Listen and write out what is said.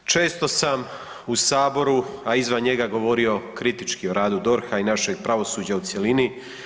Često sam u Saboru a i izvan njega govorio kritički o radu DORH-a i našeg pravosuđa u cjelini.